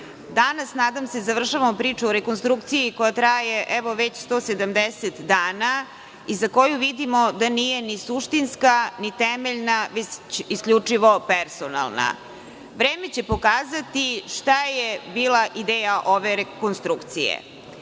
danas nadam se završavamo priču o rekonstrukciji, koja traje već 170 dana i za koju vidimo da nije ni suštinska, ni temeljna, već isključivo personalna. Vreme će pokazati šta je bila ideja ove rekonstrukcije. Ujedinjeni